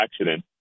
accident